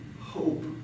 hope